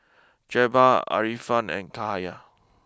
Jebat Afiqah and Cahaya